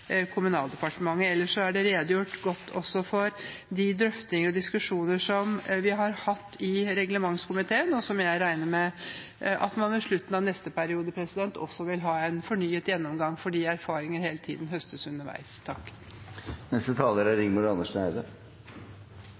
Kommunaldepartementet. Ellers er det redegjort godt også for de drøftinger og diskusjoner som vi har hatt i reglementskomiteen, og som jeg regner med at man ved slutten av neste periode også vil ha en fornyet gjennomgang av fordi erfaringer hele tiden høstes underveis.